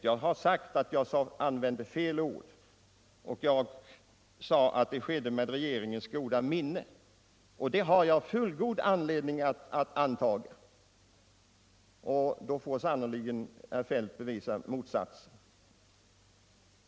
Jag har sagt att jag använde fel ord, men när jag sade att det skedde med regeringens goda minne, så har jag fullgod anledning att anta det! Och där får herr Feldt sannerligen bevisa motsatsen.